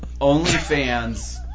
OnlyFans